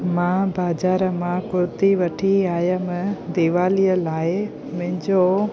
मां बाज़ारि मां कुर्ती वठी आयमि दीवालीअ लाइ मुंहिंजो